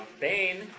Bane